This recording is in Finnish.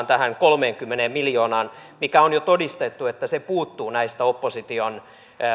tähän kolmeenkymmeneen miljoonaan mistä on jo todistettu että se puuttuu näistä opposition